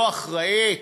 לא אחראית,